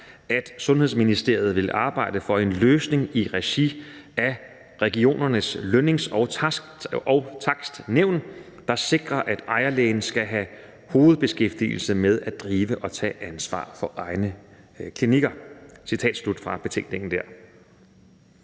at Sundhedsministeriet vil arbejde for en løsning i regi af Regionernes Lønnings- og Takstnævn, der sikrer, at ejerlægen skal have hovedbeskæftigelse med at drive og tage ansvar for egne klinikker.«